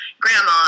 grandma